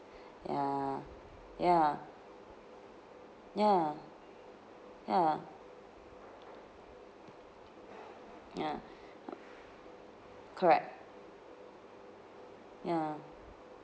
ya ya ya ya ya correct ya